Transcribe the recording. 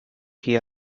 here